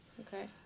Okay